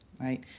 Right